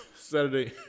Saturday